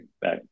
back